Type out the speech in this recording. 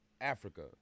Africa